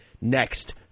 next